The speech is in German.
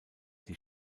die